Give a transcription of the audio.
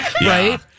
Right